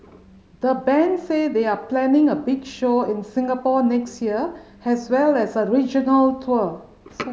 the band say they are planning a big show in Singapore next year has well as a regional tour